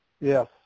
Yes